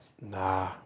Nah